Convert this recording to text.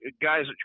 guys